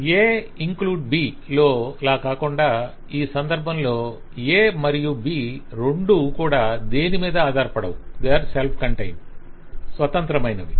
Aఇంక్లూడ్ B లో లా కాకుండా ఈ సందర్భంలో A మరియు B రెండూ కూడా దేనిమీదా ఆధారపడవు స్వతంత్రమైనవి